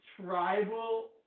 tribal